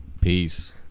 Peace